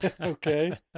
Okay